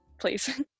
please